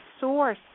source